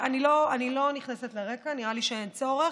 אני לא נכנסת לרקע, נראה לי שאין צורך,